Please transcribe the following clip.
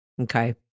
Okay